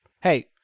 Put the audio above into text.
hey